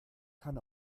kann